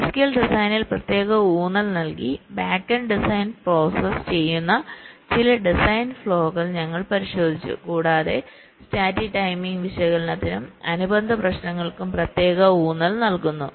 physical ഡിസൈനിൽ പ്രത്യേക ഊന്നൽ നൽകി ബാക്കെൻഡ് ഡിസൈൻ പ്രോസസ്സ് ചെയ്യുന്ന ചില ഡിസൈൻ ഫ്ലോകൾ ഞങ്ങൾ പരിശോധിച്ചു കൂടാതെ സ്റ്റാറ്റിക് ടൈമിംഗ് വിശകലനത്തിനും അനുബന്ധ പ്രശ്നങ്ങൾക്കും പ്രത്യേക ഊന്നൽ നൽകുന്നു